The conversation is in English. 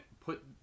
put